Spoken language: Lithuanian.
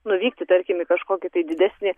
nuvykti tarkim į kažkokį tai didesnį